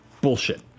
bullshit